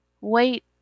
wait